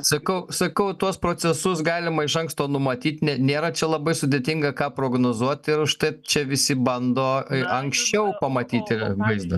sakau sakau tuos procesus galima iš anksto numatyt ne nėra čia labai sudėtinga ką prognozuoti ir užtai čia visi bando anksčiau pamatyti vaizdą